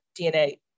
DNA